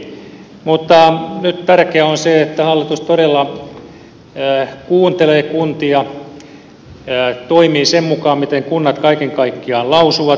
mutta nyt tärkeää on se että hallitus todella kuuntelee kuntia ja toimii sen mukaan mitä kunnat kaiken kaikkiaan lausuvat